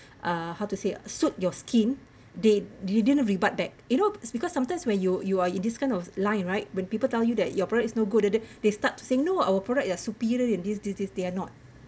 uh how to say suit your skin they they didn't rebut back you know because sometimes when you you are in this kind of line right when people tell you that your product is no good de de de they start to saying no our product are superior in this this this they are not